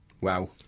Wow